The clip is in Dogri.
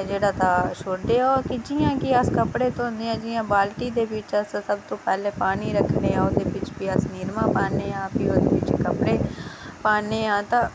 ते जियां कि अस कपड़े धोने आं जियां बाल्टी दे बिच ते सब तू पैह्लें अस पानी रक्खने आं ते भी ओह्दे बिच निरमा पान्ने आं भी ओह्दे बिच कपड़े पान्ने आं तां